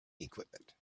equipment